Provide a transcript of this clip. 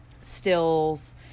stills